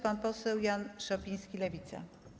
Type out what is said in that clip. Pan poseł Jan Szopiński, Lewica.